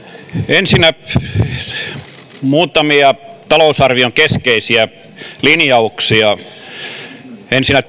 ensinnä muutamia talousarvion keskeisiä linjauksia ensinnä